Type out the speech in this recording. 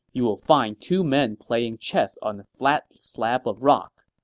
you'll find two men playing chess on a flat slab of rock.